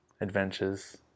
adventures